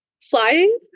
Flying